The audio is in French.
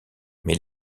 mais